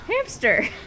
Hamster